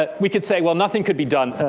but we could say, well nothing could be done.